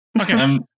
Okay